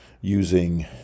using